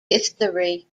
history